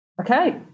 okay